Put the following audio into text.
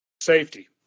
safety